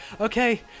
okay